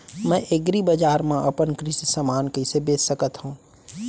मैं एग्रीबजार मा अपन कृषि समान कइसे बेच सकत हव?